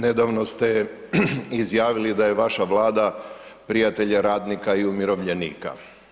Nedavno ste izjavili da je vaša Vlada prijatelj radnika i umirovljenika.